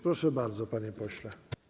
Proszę bardzo, panie pośle.